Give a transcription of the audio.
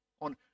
on